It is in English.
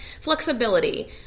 flexibility